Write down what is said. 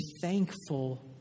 thankful